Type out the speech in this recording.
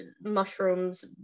mushrooms